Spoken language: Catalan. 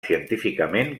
científicament